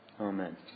Amen